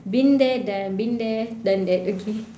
been there done been there done that okay